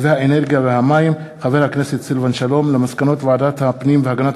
האנרגיה והמים חבר הכנסת סילבן שלום על מסקנות ועדת הפנים והגנת